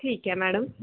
ਠੀਕ ਹੈ ਮੈਡਮ